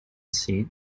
seat